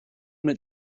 mit